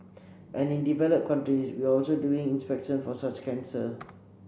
and in developed countries we are also doing more inspection for such cancer